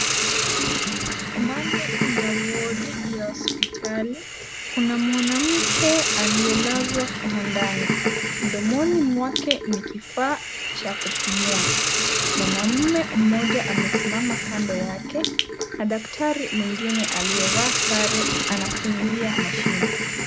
Ndani ya wodi ya hospitali, kuna mwanake aliye lazwa kitandani. Mdomoni mwake ni kifaa cha kupumua. Mwanaume mmoja amesimama kando yake na daktari mwingine aliyevaa sara anafinyilia mashine.